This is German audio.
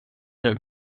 der